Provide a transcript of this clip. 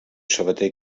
sabater